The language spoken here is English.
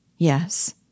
Yes